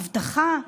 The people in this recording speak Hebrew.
אבטחה,